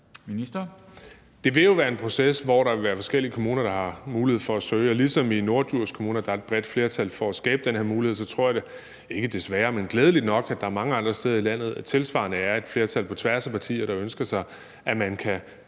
Det vil jo være en proces, hvor der vil være forskellige kommuner, der har mulighed for at søge, og ligesom der i Norddjurs Kommune er et bredt flertal for at skabe den her mulighed, tror jeg at der glædeligt nok mange andre steder i landet tilsvarende er et flertal på tværs af partier, der ønsker sig, at man